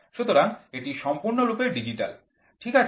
সুতরাং এটি সম্পূর্ণরূপে ডিজিটাল ঠিক আছে